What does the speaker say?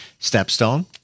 StepStone